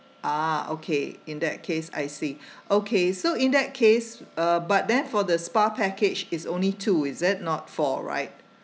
ah okay in that case I see okay so in that case uh but then for the spa package it's only two is it not four right